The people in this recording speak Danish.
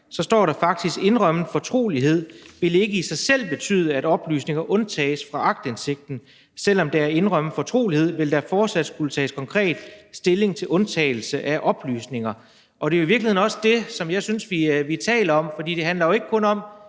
står: »Indrømmet fortrolighed vil ikke i sig selv betyde, at oplysninger undtages fra aktindsigt. Selvom der er indrømmet fortrolighed, vil der fortsat skulle tages konkret stilling til undtagelse af oplysninger ...« Det er i virkeligheden også det, som jeg synes vi taler om. For det handler jo ikke kun om,